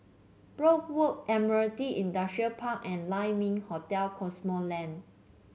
Brookvale Walk Admiralty Industrial Park and Lai Ming Hotel Cosmoland